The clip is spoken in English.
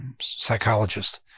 psychologist